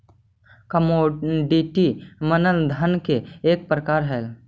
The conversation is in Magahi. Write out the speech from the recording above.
कमोडिटी मनी धन के एक प्रकार हई